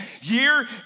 Year